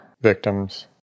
victims